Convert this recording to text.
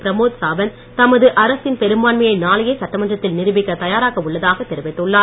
பிரமோத் சாவந்த் தமது அரசின் பெரும்பான்மையை நாளையே சட்டமன்றத்தில் நிருபிக்க தயாராக உள்ளதாக தெரிவித்துள்ளார்